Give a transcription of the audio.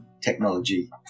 technology